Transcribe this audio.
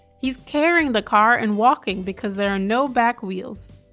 he's carrying the car and walking because there are no back wheels.